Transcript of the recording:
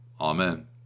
Amen